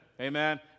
Amen